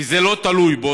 כי זה לא תלוי בו,